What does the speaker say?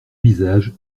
visage